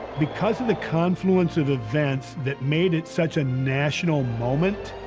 because of the confluence of events that made it such a national moment,